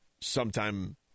sometime